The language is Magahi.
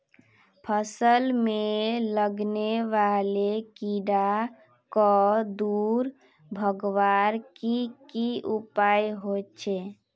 फसल में लगने वाले कीड़ा क दूर भगवार की की उपाय होचे?